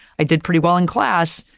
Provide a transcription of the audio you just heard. i did pretty well in class,